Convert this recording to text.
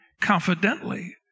confidently